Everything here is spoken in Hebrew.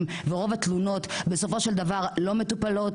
ורוב התלונות בסופו של דבר לא מטופלים,